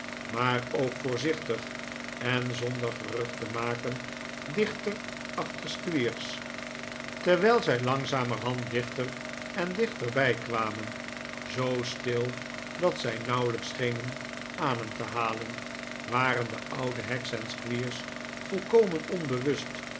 maar ook voorzichtig en zonder gerucht te maken dichter achter squeers terwijl zij langzamerhand dichter en dichterbij kwamen zoo stil dat zij nauwelijks schenen adem te halen waren de oude heks en squeers volkomen onbewust